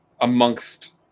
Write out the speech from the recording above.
amongst